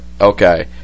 Okay